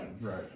right